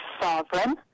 sovereign